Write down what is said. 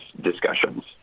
discussions